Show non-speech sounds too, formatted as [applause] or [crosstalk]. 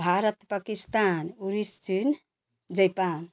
भारत पकिस्तान [unintelligible] चीन जैपान